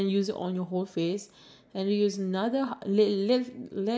then you can get good like be good at something